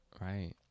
Right